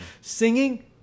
Singing